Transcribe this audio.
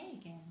again